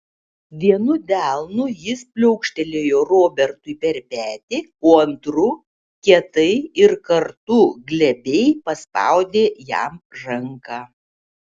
vienu delnu jis pliaukštelėjo robertui per petį o antru kietai ir kartu glebiai paspaudė jam ranką